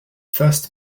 first